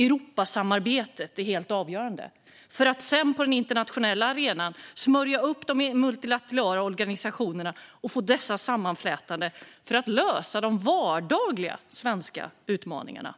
Europasamarbetet är helt avgörande för att sedan på den internationella arenan kunna smörja upp de multilaterala organisationerna och få dessa sammanflätade för att lösa de vardagliga svenska utmaningarna.